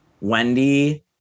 Wendy